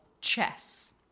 chess